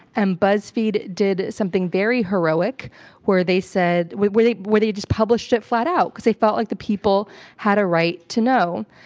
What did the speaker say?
and buzzfeed did something very heroic where they said, where they where they just published it flat out because they felt like the people had a right to know.